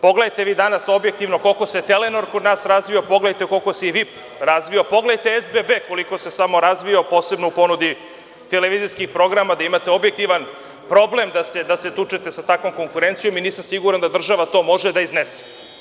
Pogledajte danas objektivno koliko se „Telenor“ kod nas razvio, pogledajte koliko se i „Vip“ razvio, a pogledajte SBB koliko se samo razvio posebno u ponudi televizijskih programa, gde imate objektivan problem da se tučete sa takvom konkurencijom i nisam siguran da država to može da iznese.